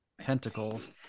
pentacles